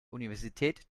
universität